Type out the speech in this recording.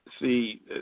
see